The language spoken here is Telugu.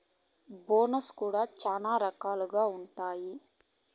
బోనస్ కూడా శ్యానా రకాలుగా ఉంటాయి